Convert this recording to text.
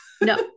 no